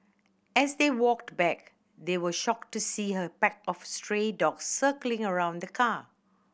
as they walked back they were shocked to see a pack of stray dog circling around the car